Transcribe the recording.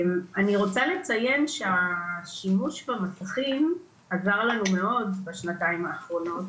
אני רוצה לציין שהשימוש במסכים עזר לנו מאוד בשנתיים האחרונות